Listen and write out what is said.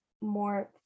more